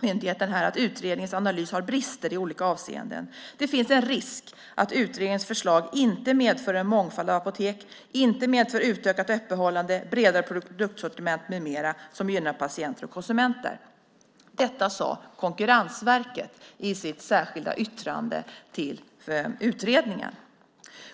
jag att utredningens analys har brister i olika avseenden. - Det finns en risk att utredningens förslag inte medför en mångfald av apotek, utökat öppethållande, bredare produktsortiment m.m. som gynnar patienter och konsumenter." Detta sade Konkurrensverket i sitt särskilda yttrande till utredningen.